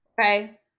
Okay